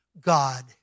God